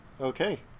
okay